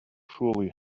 surely